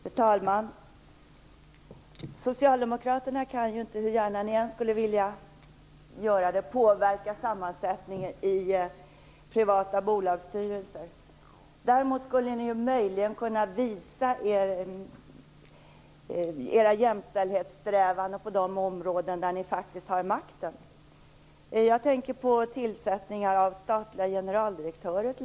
Fru talman! Socialdemokraterna kan ju inte, hur gärna ni än skulle vilja, påverka sammansättningen i de privata bolagsstyrelserna. Däremot skulle ni möjligen kunna visa era jämställdhetssträvanden på de områden där ni faktiskt har makten. Jag tänker t.ex. på tillsättningar av statliga generaldirektörer.